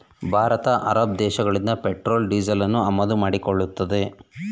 Bharat Arab ದೇಶಗಳಿಂದ petrol ಡೀಸೆಲನ್ನು ಆಮದು ಮಾಡಿಕೊಳ್ಳುತ್ತದೆ